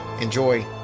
Enjoy